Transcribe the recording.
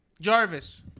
Jarvis